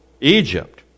Egypt